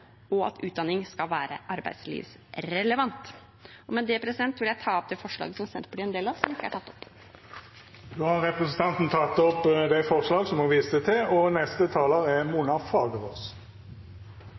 og at utdanning skal være arbeidslivsrelevant. Med det vil jeg ta opp det forslaget som Senterpartiet er en del av, og som ikke er tatt opp. Representanten Marit Knutsdatter Strand har teke opp det forslaget ho refererte til. Arbeidslivet er i rask endring, og